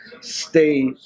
stay